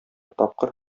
тапкыр